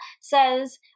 says